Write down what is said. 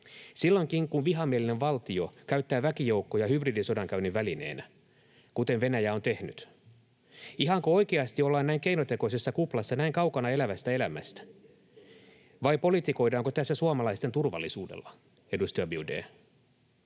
silloinkin, kun vihamielinen valtio käyttää väkijoukkoja hybridisodankäynnin välineenä, kuten Venäjä on tehnyt. Ihanko oikeasti ollaan näin keinotekoisessa kuplassa, näin kaukana elävästä elämästä? — Vai politikoidaanko tässä suomalaisten turvallisuudella, edustaja Biaudet?